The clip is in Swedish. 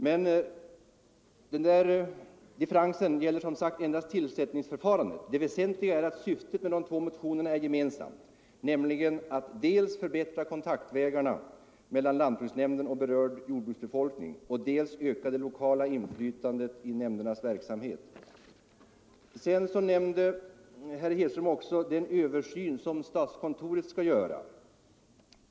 Men denna differens gäller som sagt endast tillsättningsförfarandet. Det väsentliga är att syftet med de båda motionerna är gemensamt, nämligen att dels förbättra kontaktvägarna mellan lantbruksnämnderna och berörd jordbruksbefolkning, dels öka det lokala inflytandet över nämndernas verksamhet. Vidare nämnde herr Hedström den översyn som statskontoret skall göra.